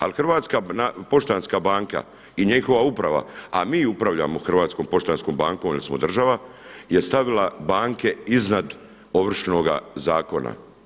Ali Hrvatska poštanska banka i njihova uprava, a mi upravljamo Hrvatskom poštanskom bankom jer smo država je stavila banke iznad Ovršnoga zakona.